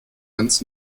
ganz